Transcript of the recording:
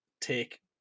take